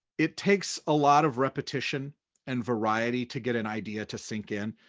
it takes a lot of repetition and variety to get an idea to sink in.